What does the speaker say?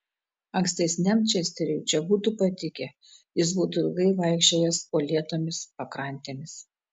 ankstesniam česteriui čia būtų patikę jis būtų ilgai vaikščiojęs uolėtomis pakrantėmis